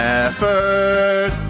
effort